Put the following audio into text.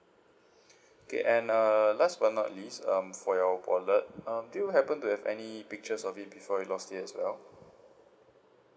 okay and err last but not least um for your wallet um do you happen to have any pictures of it before you lost it as well